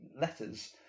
letters